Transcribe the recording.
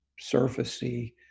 surfacey